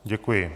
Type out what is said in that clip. Děkuji.